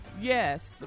Yes